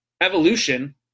evolution